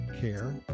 care